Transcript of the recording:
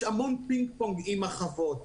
יש המון פינג-פונג עם החוות,